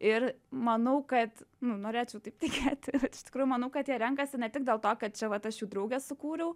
ir manau kad nu norėčiau taip tikėti iš tikrųjų manau kad jie renkasi ne tik dėl to kad čia vat aš jų draugė sukūriau